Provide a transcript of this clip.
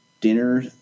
dinner